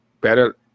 better